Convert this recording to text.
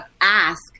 ask